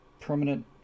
permanent